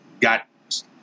Got